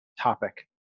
topic